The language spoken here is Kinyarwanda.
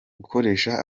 gukoresha